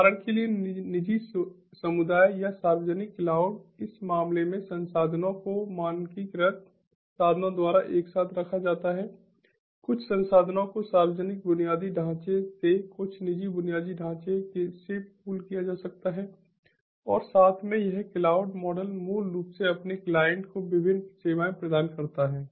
उदाहरण के लिए निजी समुदाय या सार्वजनिक क्लाउड इस मामले में संसाधनों को मानकीकृत साधनों द्वारा एक साथ रखा जाता है कुछ संसाधनों को सार्वजनिक बुनियादी ढांचे से कुछ निजी बुनियादी ढांचे से पूल किया जा सकता है और साथ में यह क्लाउड मॉडल मूल रूप से अपने क्लाइंट को विभिन्न सेवाएं प्रदान करता है